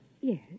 Yes